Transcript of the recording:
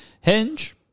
Hinge